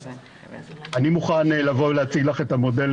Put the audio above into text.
אני מוכן לבוא ולהציג לך את המודל,